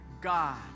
God